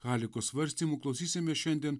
alikos svarstymų klausysimės šiandien